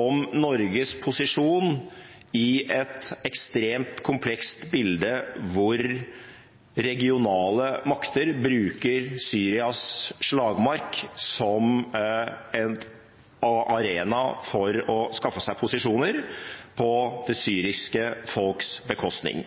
om Norges posisjon i et ekstremt komplekst bilde, hvor regionale makter bruker Syrias slagmark som en arena for å skaffe seg posisjoner på det syriske folks bekostning.